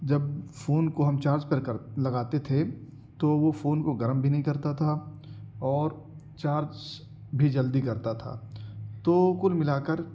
جب فون کو ہم چارج پر لگاتے تھے تو وہ فون کو گرم بھی نہیں کرتا تھا اور چارج بھی جلدی کرتا تھا تو کل ملا کر